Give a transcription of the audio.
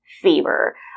fever